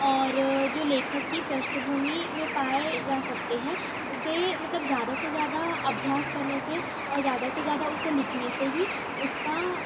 और जो लेखक की पृष्ठभूमि में पाए जा सकते हैं उसे मतलब ज्यादा से ज्यादा अभ्यास करने से और ज्यादा से ज्यादा उसे लिखने से ही उसका